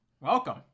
welcome